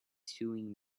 sewing